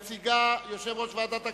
התשס"ט 2009. יציג יושב-ראש ועדת הכספים.